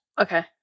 Okay